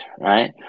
right